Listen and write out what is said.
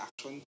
action